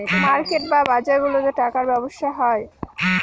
market বা বাজারগুলাতে টাকার ব্যবসা হয়